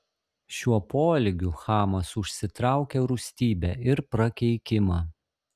šiuo poelgiu chamas užsitraukė rūstybę ir prakeikimą